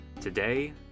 Today